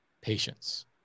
patience